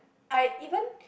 I even